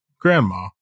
Grandma